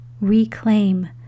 Reclaim